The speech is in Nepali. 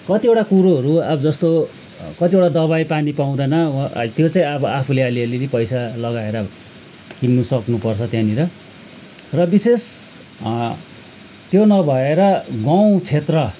कतिवटा कुरोहरू अब जस्तो कतिवटा दबाई पानी पाउँदैन त्यो चाहिँ आफूले आलिअलि पैसा लगाएर किन्नु सक्नु पर्छ त्यहाँनिर र विशेष त्यो नभएर गाउँ क्षेत्र